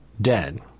dead